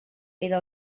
era